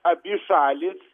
abi šalys